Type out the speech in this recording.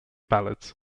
ballads